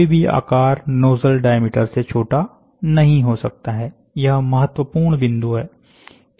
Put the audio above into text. कोई भी आकार नोजल डायामीटर से छोटा नहीं हो सकता है यह भी महत्वपूर्ण बिंदु है